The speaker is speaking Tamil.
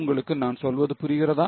உங்களுக்கு நான் சொல்வது புரிகிறதா